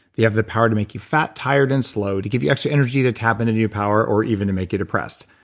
they have the power to make you fat, tired and slow, to give you extra energy to tap into new power or even to make it a pressed.